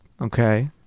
okay